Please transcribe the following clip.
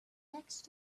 next